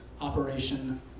Operation